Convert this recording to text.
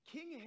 King